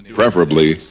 preferably